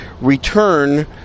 return